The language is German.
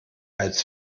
als